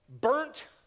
Burnt